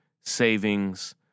savings